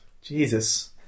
Jesus